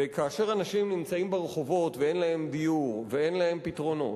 וכאשר אנשים נמצאים ברחובות ואין להם דיור ואין להם פתרונות,